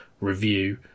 review